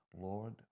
Lord